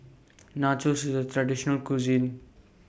Nachos IS A Traditional Cuisine